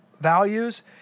values